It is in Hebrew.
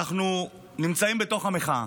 אנחנו נמצאים בתוך המחאה.